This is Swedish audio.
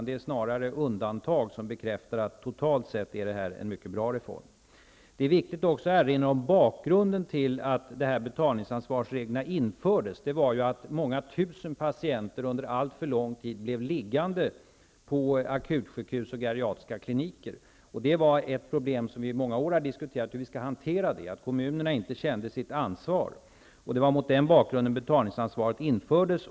Det är snarare undantag som bekräftar att det totalt sett är fråga om en mycket bra reform. Det är viktigt att erinra om bakgrunden till att betalningsansvarsreglerna infördes. Många tusen patienter blev under alltför lång tid liggande på akutsjukhus och geriatriska kliniker. Vi har i flera år diskuterat hur vi skulle hantera problemet med att kommunerna inte tog ansvar. Det var mot den bakgrunden som betalningsansvaret infördes.